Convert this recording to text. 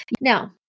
Now